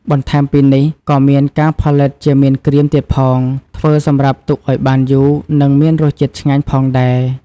បន្ថែមពីនេះ ក៏មានការផលិតជាមៀនក្រៀមទៀតផង ធ្វើសម្រាប់ទុកឱ្យបានយូរ និង មានរសជាតិឆ្ងាញ់ផងដែរ។